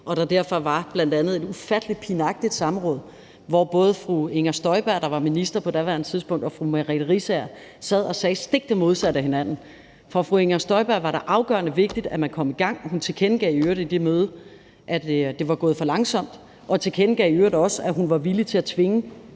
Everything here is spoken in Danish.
at der derfor bl.a. var et ufattelig pinagtigt samråd, hvor fru Inger Støjberg, der var minister på det daværende tidspunkt, og fru Merete Riisager sad og sagde det stik modsatte af hinanden. For fru Inger Støjberg var det afgørende vigtigt, at man kom i gang, og hun tilkendegav i øvrigt ved det møde, at det var gået for langsomt, og tilkendegav i øvrigt også, at hun var villig til at bruge